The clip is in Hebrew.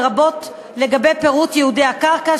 לרבות לגבי פירוט ייעודי הקרקע,